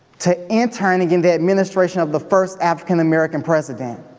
to interning in the administration of the first african american president.